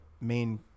main